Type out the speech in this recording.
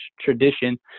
tradition